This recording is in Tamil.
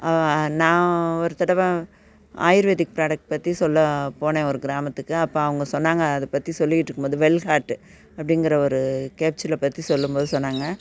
நான் ஒரு தடவை ஆயுர்வேதிக் ப்ரோடக்ட் பற்றி சொல்ல போனேன் ஒரு கிராமத்துக்கு அப்போ அவங்க சொன்னாங்க அதை பற்றி சொல்லிட்டுருக்கும் போது வெல்ஹார்ட்டு அப்படிங்கிற ஒரு கேப்சியூலை பற்றி சொல்லும் போது சொன்னாங்க